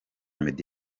meddy